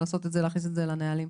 להכניס את זה לנהלים.